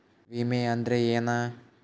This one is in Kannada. ವಿಮೆ ಅಂದ್ರೆ ಏನ?